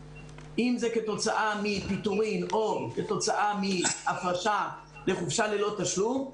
אם זה כתוצאה מפיטורין או כתוצאה מהפרשה לחופשה ללא תשלום,